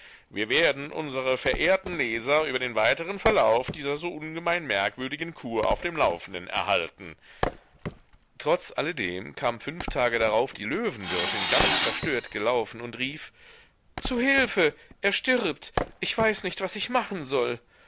wir werden unsere verehrten leser über den weiteren verlauf dieser so ungemein merkwürdigen kur auf dem laufenden erhalten trotz alledem kam fünf tage darauf die löwenwirtin ganz verstört gelaufen und rief zu hilfe er stirbt ich weiß nicht was ich machen soll